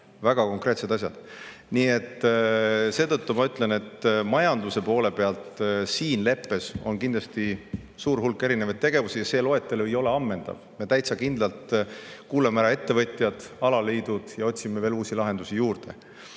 väga konkreetsed asjad. Seetõttu ma ütlen, et majanduse poole pealt on siin leppes kindlasti suur hulk tegevusi. See loetelu ei ole ammendav. Me täitsa kindlalt kuulame ära ettevõtjad ja alaliidud ning otsime veel uusi lahendusi.